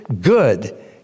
good